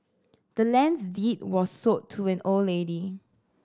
the land's deed was sold to the old lady